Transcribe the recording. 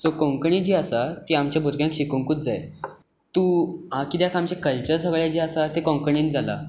so Konkani जी आसा ती आमच्या भुरग्यांक शिकोंवंकूच जाय तूं कित्याक आमचे कल्चर सगळें जे आसा ते कोंकणीन जालां